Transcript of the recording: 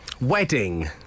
Wedding